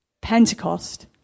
Pentecost